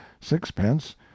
sixpence